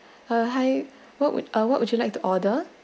uh hi what would uh what would you like to order